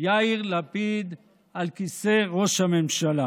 יאיר לפיד על כיסא ראש הממשלה.